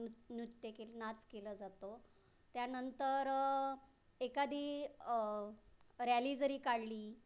नु नुत्य केले नाच केला जातो त्यानंतर एखादी रॅली जरी काढली